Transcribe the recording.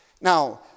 Now